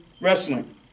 wrestling